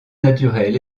naturel